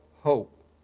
hope